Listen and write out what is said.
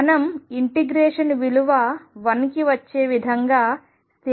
మనం ఇంటిగ్రేషన్ విలువ 1 వచ్చే విధంగా స్థిరాంకాన్ని ఎంచుకుంటాము